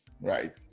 right